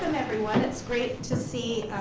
and everyone. it's great to see